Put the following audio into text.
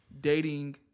dating